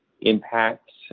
impacts